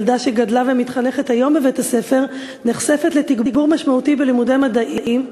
ילדה שגדלה ומתחנכת היום בבית-הספר נחשפת לתגבור משמעותי בלימודי מדעים,